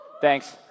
Thanks